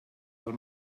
del